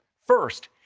first,